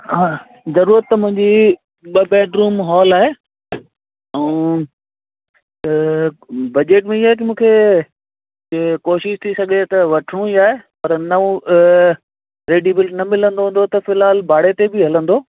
हा ज़रूरत त मुंहिंजी ॿ बैडरुम हॉल आहे ऐं बजट में इहे आहे की मूंखे कोशिशि थी सघे त वठिणो ई आहे पर न उहा रेडी न मिलंदो हूंदो त फिलहालु भाड़े ते बि हलंदो